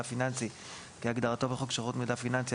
פיננסי כהגדרתו בחוק שירות מידע פיננסי,